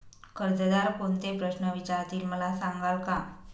कर्जदार कोणते प्रश्न विचारतील, मला सांगाल का?